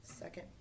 second